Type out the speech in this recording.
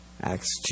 Acts